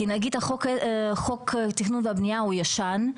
חוק התכנון והבנייה הוא ישן,